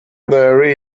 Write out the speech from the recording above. there